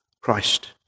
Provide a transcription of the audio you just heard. Christ